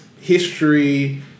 history